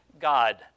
God